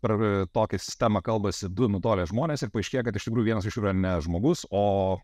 per tokią sistemą kalbasi du nutolę žmonės ir paaiškėja kad iš tikrųjų vienas iš jų yra ne žmogus o